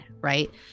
right